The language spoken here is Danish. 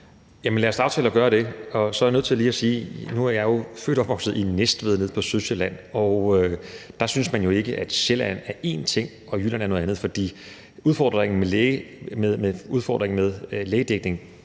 nødt til lige at sige, at jeg er født og opvokset i Næstved nede på Sydsjælland, og der synes man jo ikke, at Sjælland er én ting, og at Jylland er noget andet. For udfordringen med lægedækning